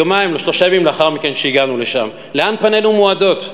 יומיים או שלושה ימים לאחר שהגענו לשם: לאן פנינו מועדות?